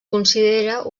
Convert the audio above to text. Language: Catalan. considera